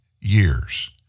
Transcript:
years